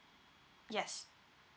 yes